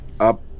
up